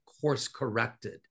course-corrected